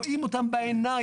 רואים אותם בעיניים.